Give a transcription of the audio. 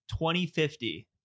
2050